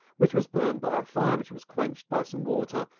which was burned by a fire, which was quenched by some water,